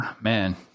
man